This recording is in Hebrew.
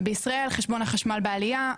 ובישראל חשבון החשמל בעלייה,